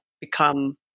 become